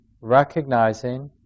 recognizing